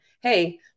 Hey